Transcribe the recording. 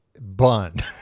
bun